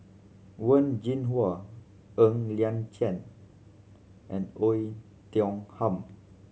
Wen Jinhua Ng Liang Chiang and Oei Tiong Ham